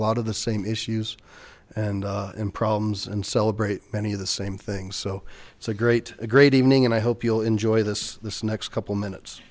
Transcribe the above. lot of the same issues and in problems and celebrate many of the same things so it's a great a great evening and i hope you'll enjoy this the next couple minutes